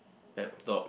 pep talk